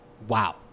wow